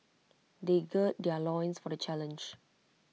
they gird their loins for the challenge